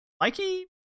Mikey